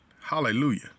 Hallelujah